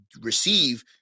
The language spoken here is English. receive